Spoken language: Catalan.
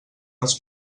els